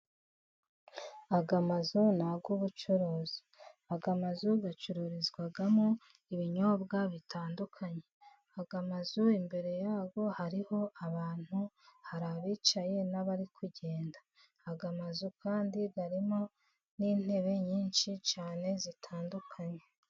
Aya mazu ni ay'ubucuruzi aya mazu acururizwamo ibinyobwa bitandukanye, aya mazu imbere yaho hariho abantu hari abicaye n'abari kugenda, aya mazu kandi harimo n'intebe nyinshi cyane zitandukanye.